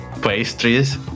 pastries